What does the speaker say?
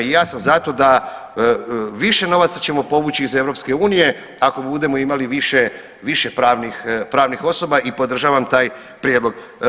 I ja sam zato da više novaca ćemo povući iz EU ako budemo imali više, više pravnih osoba i podržavam taj prijedlog.